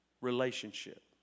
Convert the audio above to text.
Relationship